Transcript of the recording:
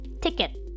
ticket